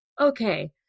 okay